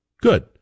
good